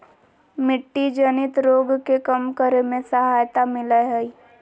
मिट्टी जनित रोग के कम करे में सहायता मिलैय हइ